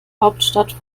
hauptstadt